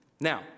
Now